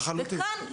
וכאן,